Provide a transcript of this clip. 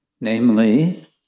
namely